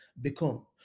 become